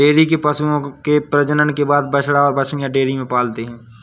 dairy में पशुओं के प्रजनन के बाद बछड़ा और बाछियाँ डेयरी में पलते हैं